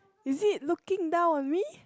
is it looking down on me